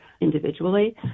individually